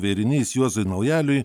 vėrinys juozui naujaliui